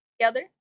together